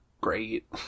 great